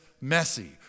messy